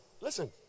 listen